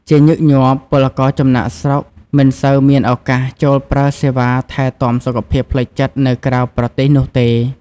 ជាញឹកញាប់ ពលករចំណាកស្រុកមិនសូវមានឱកាសចូលប្រើសេវាថែទាំសុខភាពផ្លូវចិត្តនៅក្រៅប្រទេសនោះទេ។